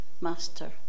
Master